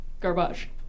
garbage